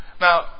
Now